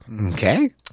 okay